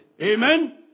Amen